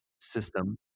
system